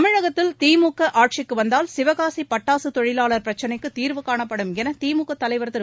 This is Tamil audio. தமிழகத்தில் திமுக ஆட்சிக்கு வந்தால் சிவகாசி பட்டாசு தொழிலாளர் பிரச்சினைக்கு தீர்வு காணப்படும் என திமுக தலைவர் திரு